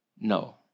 No